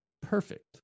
perfect